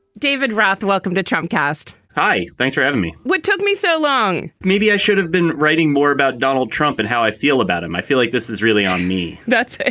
david roth, welcome to trump cast. hi. thanks for having me. what took me so long? maybe i should have been writing more about donald trump and how i feel about it. i feel like this is really on me that's.